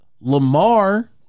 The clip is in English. Lamar